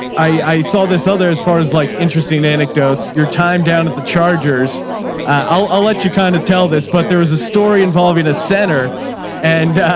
i saw this other as far as like interesting anecdotes your time down to the chargers, ah i'll i'll let you kind of tell this, but there was a story involving a center and,